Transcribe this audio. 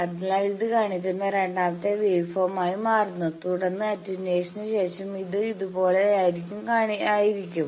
അതിനാൽ ഇത് കാണിക്കുന്ന രണ്ടാമത്തെ വേവ് ഫോം ആയി മാറുന്നു തുടർന്ന് അറ്റെനുയേഷന് ശേഷം അത് ഇതുപോലെയാണ് ആയിരിക്കും